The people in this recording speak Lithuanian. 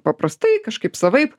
paprastai kažkaip savaip